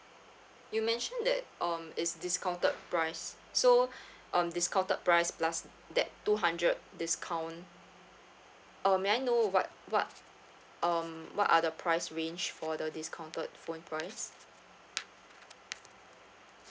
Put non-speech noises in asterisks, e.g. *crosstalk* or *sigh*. you mention that um is discounted price so *breath* um discounted price plus that two hundred discount uh may I know what what um what are the price range for the discounted phone price